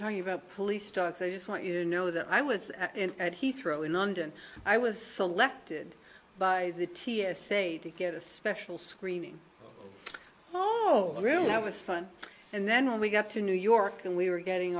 talking about police stocks i just want you to know that i was at heathrow in london i was selected by the t s a to get a special screening oh really that was fun and then when we got to new york and we were getting